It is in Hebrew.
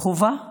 חובה וחינם,